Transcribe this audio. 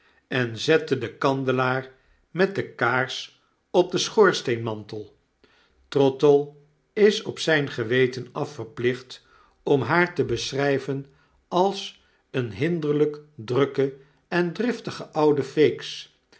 en zette den kandelaar met de kaars op den schoorsteenmantel trottle is op zijn geweten afverplicht om haar te beschrijven als een hinderlijk drukke en driftige oude